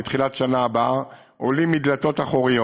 מתחילת השנה הבאה עולים מהדלתות האחוריות.